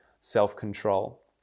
self-control